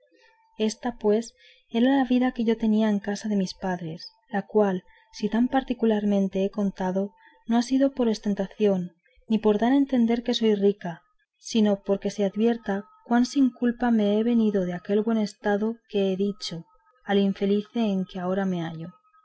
ésta pues era la vida que yo tenía en casa de mis padres la cual si tan particularmente he contado no ha sido por ostentación ni por dar a entender que soy rica sino porque se advierta cuán sin culpa me he venido de aquel buen estado que he dicho al infelice en que ahora me hallo